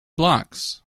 blocks